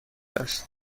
است